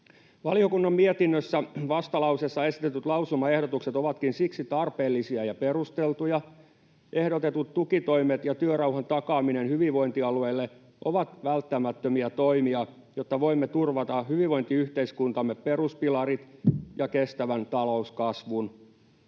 Valiokunnan mietinnön vastalauseessa esitetyt lausumaehdotukset ovatkin siksi tarpeellisia ja perusteltuja. Ehdotetut tukitoimet ja työrauhan takaaminen hyvinvointialueille ovat välttämättömiä toimia, jotta voimme turvata hyvinvointiyhteiskuntamme peruspilarit ja kestävän talouskasvun.